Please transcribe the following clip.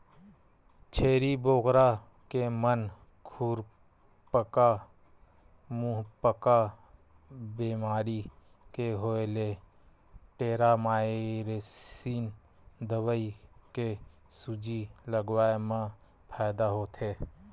छेरी बोकरा के म खुरपका मुंहपका बेमारी के होय ले टेरामारसिन दवई के सूजी लगवाए मा फायदा होथे